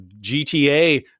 GTA